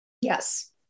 yes